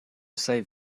save